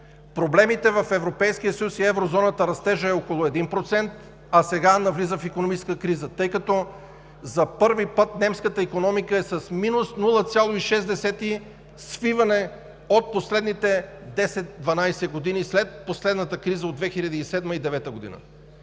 Растежът в Европейския съюз и Еврозоната е около 1%, а сега навлизат в икономическа криза, тъй като за първи път немската икономика е с минус 0,6 свиване от последните 10 – 12 години след последната криза от 2007 – 2009 г.